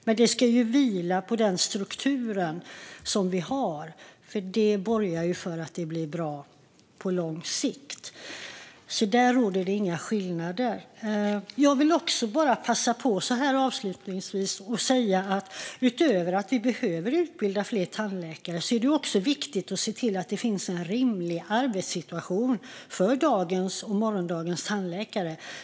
Men det ska vila på den struktur vi har, för det borgar för att det blir bra på lång sikt. Där råder det alltså inga skillnader. Så här avslutningsvis vill jag passa på att säga att det utöver att utbilda fler tandläkare är viktigt att se till att det finns en rimlig arbetssituation för dagens och morgondagens tandläkare.